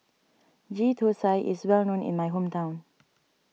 Ghee Thosai is well known in my hometown